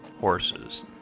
horses